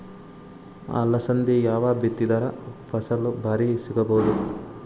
ಅಲಸಂದಿ ಯಾವಾಗ ಬಿತ್ತಿದರ ಫಸಲ ಭಾರಿ ಸಿಗಭೂದು?